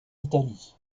italie